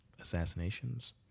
Assassinations